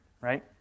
right